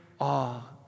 awe